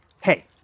Hey